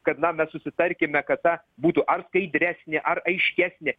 kad na mes susitarkime kad ta būtų ar skaidresnė ar aiškesnė